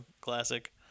classic